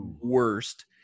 worst